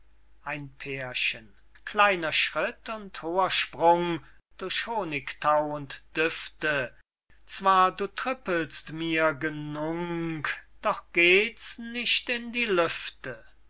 ein pärchen kleiner schritt und hoher sprung durch honigthau und düfte zwar du trippelst mir genung doch geht's nicht in die lüfte